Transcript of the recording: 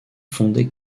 fonder